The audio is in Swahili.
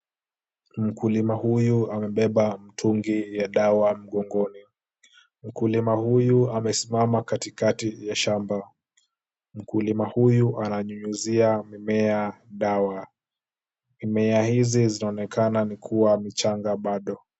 Mkulima huyu amebeba mtungi ya dawa mgongoni. Mkulima huyu amesimama katikati ya shamba. Mkulima huyu ananyunyuzia mimea dawa. Mimea hizi zinaonekana ni kuwa ni changa bado.